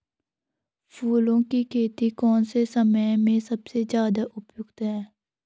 फूलों की खेती कौन से समय में सबसे ज़्यादा उपयुक्त है?